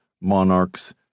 Monarchs